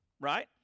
right